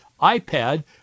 iPad